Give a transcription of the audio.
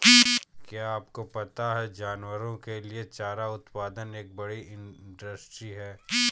क्या आपको पता है जानवरों के लिए चारा उत्पादन एक बड़ी इंडस्ट्री है?